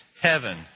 heaven